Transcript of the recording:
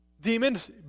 demons